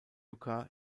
yucca